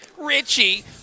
Richie